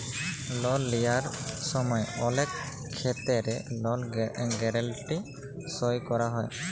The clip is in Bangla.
লল লিঁয়ার সময় অলেক খেত্তেরে লল গ্যারেলটি সই ক্যরা হয়